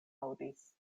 aŭdis